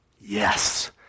Yes